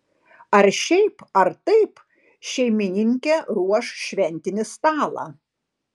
ar šiaip ar taip šeimininkė ruoš šventinį stalą